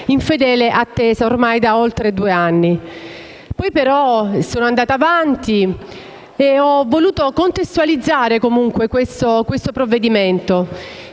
in fedele attesa da oltre due anni. Poi sono andata avanti e ho voluto contestualizzare questo provvedimento.